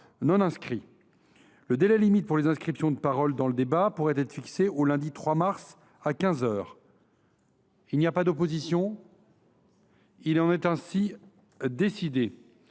non inscrit. Le délai limite pour les inscriptions de parole dans le débat pourrait être fixé au lundi 3 mars à quinze heures. Il n’y a pas d’opposition ?… Il en est ainsi décidé.